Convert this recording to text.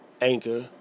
Anchor